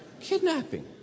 Kidnapping